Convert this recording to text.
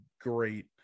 great